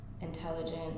intelligent